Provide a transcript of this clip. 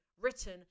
written